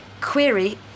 Query